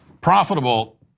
profitable